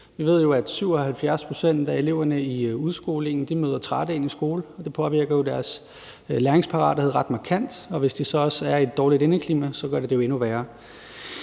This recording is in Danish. Vi ved, at 77 pct. af eleverne i udskolingen møder trætte op i skole, og det påvirker jo deres læringsparathed ret markant, og hvis der så også er et dårligt indeklima, gør det det jo endnu værre.